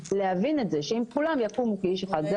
להבין את זה שאם כולם יקומו כאיש אחד ייגמר הסיפור.